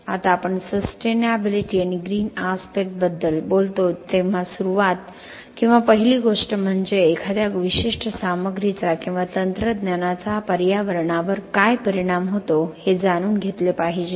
आता आपण ससटेनॅबिलिटी आणि ग्रीन आसपेक्ट बद्दल बोलतो तेव्हा सुरुवात किंवा पहिली गोष्ट म्हणजे एखाद्या विशिष्ट सामग्रीचा किंवा तंत्रज्ञानाचा पर्यावरणावर काय परिणाम होतो हे जाणून घेतले पाहिजे